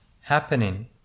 happening